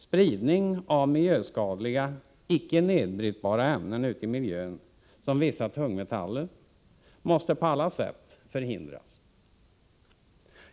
Spridning av miljöskadliga, icke nedbrytbara ämnen ute i miljön, såsom vissa tungmetaller, måste på alla sätt förhindras.